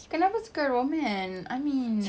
kenapa suka romance I mean